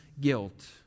guilt